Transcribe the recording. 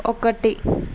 ఒకటి